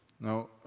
Now